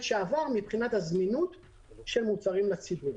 שעבר מבחינת הזמינות של מוצרים לציבור.